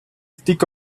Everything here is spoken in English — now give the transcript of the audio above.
stick